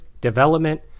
development